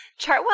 Chartwell